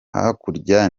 hakurya